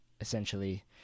essentially